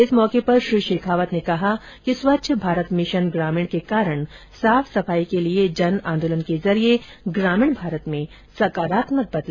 इस मौके पर श्री शेखावत ने कहा कि स्वच्छ भारत मिशन ग्रामीण के कारण साफ सफाई के लिए जन आंदोलन के जरिए ग्रामीण भारत में सकरारात्मक बदलाव आया है